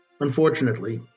Unfortunately